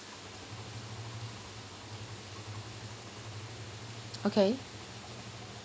okay